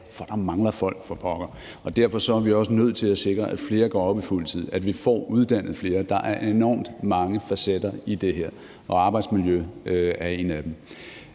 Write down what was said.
for der mangler folk for pokker. Derfor er vi også nødt til at sikre, at flere går op på fuld tid, og at vi får uddannet flere. Der er enormt mange facetter i det her, og arbejdsmiljø er en af dem.